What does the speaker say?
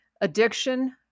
addiction